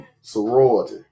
sorority